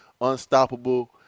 unstoppable